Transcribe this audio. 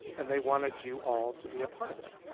and they wanted you all to be a part of it.